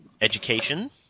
Education